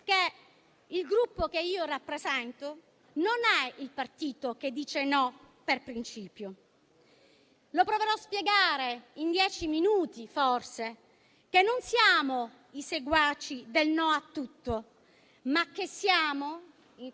che il Gruppo che io rappresento non è il partito che dice no per principio. Proverò a spiegare in dieci minuti che non siamo i seguaci del no a tutto, ma che siamo un